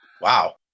Wow